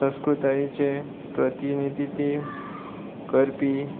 संस्कृतायेचें प्रतिनिधी करपी